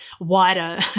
wider